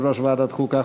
יושב-ראש ועדת החוקה,